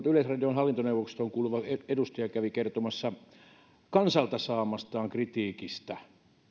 yleisradion hallintoneuvostoon kuuluva edustaja kävi kertomassa kansalta saamastaan kritiikistä